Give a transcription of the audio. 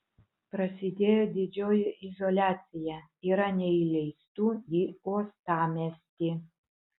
prasidėjo didžioji izoliacija yra neįleistų į uostamiestį